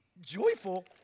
Joyful